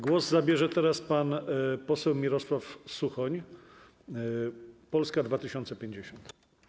Głos zabierze teraz pan poseł Mirosław Suchoń, Polska 2050.